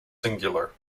singular